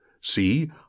See